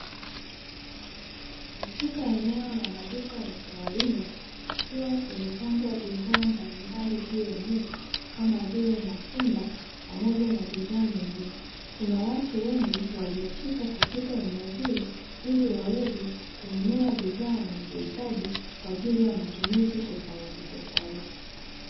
Katika eneo la maduka ya kawaida kukiwa kumepangwa bidhaa mbalimbali juu ya meza kama vile matunda pamoja na bidhaa nyingine, kuna watu wengi waliyofika katika eneo hili ili waweze kununua bidhaa wanazohitaji kwa ajili ya matumizi tofautitofauti.